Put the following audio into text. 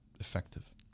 effective